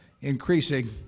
increasing